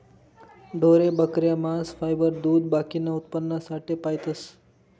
ढोरे, बकऱ्या, मांस, फायबर, दूध बाकीना उत्पन्नासाठे पायतस